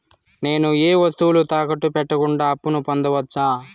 నేను ఏ వస్తువులు తాకట్టు పెట్టకుండా అప్పును పొందవచ్చా?